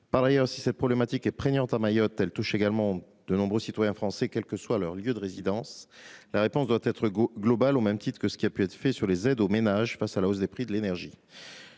Par ailleurs, si cette problématique est prégnante à Mayotte, elle touche également de nombreux citoyens français, quel que soit leur lieu de résidence. Aussi, la réponse doit être globale, au même titre que les aides apportées aux ménages face à la hausse des prix de l'énergie.